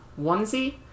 onesie